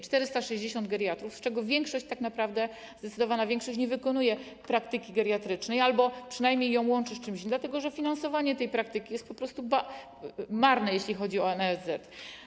460 geriatrów, z czego większość, tak naprawdę zdecydowana większość nie wykonuje praktyki geriatrycznej albo przynajmniej ją łączy z czymś innym, dlatego że finansowanie tej praktyki jest po prostu marne, jeśli chodzi o NFZ.